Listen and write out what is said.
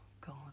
God